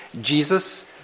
Jesus